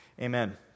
Amen